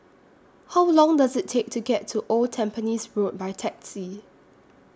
How Long Does IT Take to get to Old Tampines Road By Taxi